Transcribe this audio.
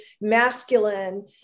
masculine